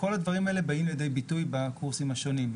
כל הדברים האלה באים לידי ביטוי בקורסים השונים.